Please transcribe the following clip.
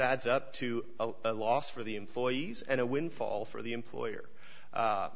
adds up to a loss for the employees and a windfall for the employer